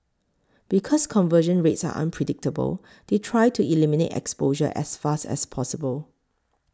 because conversion rates are unpredictable they try to eliminate exposure as fast as possible